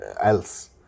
else